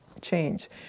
change